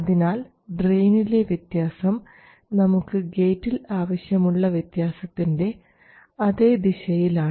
അതിനാൽ ഡ്രയിനിലെ വ്യത്യാസം നമുക്ക് ഗേറ്റിൽ ആവശ്യമുള്ള വ്യത്യാസത്തിൻറെ അതേ ദിശയിലാണ്